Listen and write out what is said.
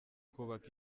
kubaka